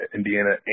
Indiana